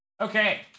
Okay